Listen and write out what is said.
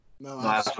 No